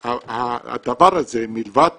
הדבר הזה, מלבד